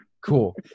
cool